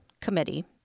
Committee